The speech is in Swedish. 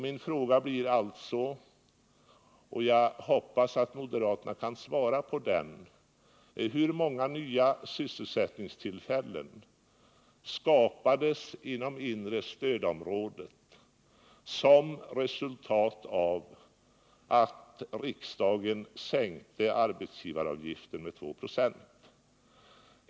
Min fråga — och jag hoppas att moderaterna kan svara på den — blir: Hur många nya sysselsättningstillfällen skapades inom inre stödområdet som resultat av att riksdagen sänkte arbetsgivaravgiften med 2 96?